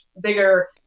bigger